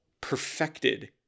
perfected